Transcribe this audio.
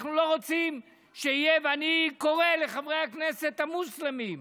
אני קורא לחברי הכנסת המוסלמים,